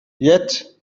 yet